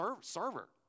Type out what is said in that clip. server